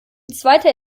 zweiter